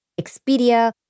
Expedia